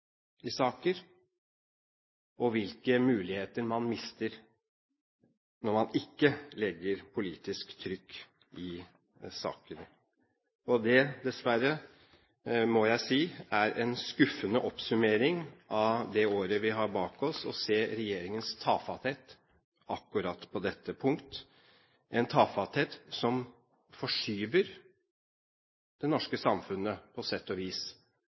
saker, og hvilke muligheter man mister når man ikke legger politisk trykk i saker. Dessverre må jeg si at en skuffende oppsummering av det året vi har bak oss, er å se regjeringens tafatthet akkurat på dette punkt, en tafatthet som forskyver det norske samfunnet på sett og vis,